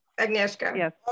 Agnieszka